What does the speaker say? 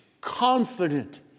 confident